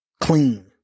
clean